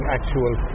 actual